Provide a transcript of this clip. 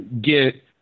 get